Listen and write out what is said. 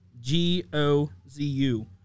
G-O-Z-U